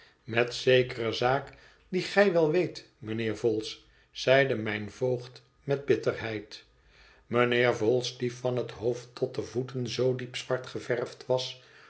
met zekere zaak die gij wel weet mijnheer vholes zeide mijn voogd met bitterheid mijnheer vholes die van het hoofd tot de voeten zoo diep zwart geverfd was